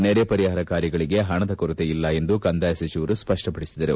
ನೆರೆ ಪರಿಹಾರ ಕಾರ್ಯಗಳಿಗೆ ಪಣದ ಕೊರತೆ ಇಲ್ಲ ಎಂದು ಕಂದಾಯ ಸಚಿವರು ಸ್ಪಷ್ಟಪಡಿಸಿದರು